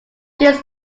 this